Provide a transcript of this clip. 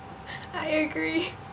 I agree